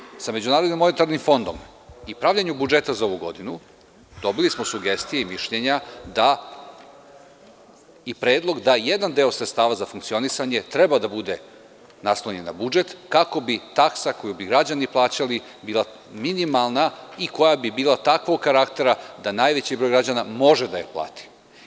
U razgovorima sa međunarodnim monetarnim fondom i pravljenju budžeta za ovu godinu dobili smo sugestije i mišljenja da i predlog, da jedan deo sredstava za funkcionisanje treba da bude naslonjen na budžet kako bi taksa koju bi građani plaćali bila minimalna i koja bi bila takvog karaktera da najveći broj građana može da je plati.